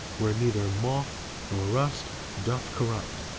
where neither moth nor rust doth corrupt,